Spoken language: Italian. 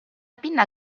pinna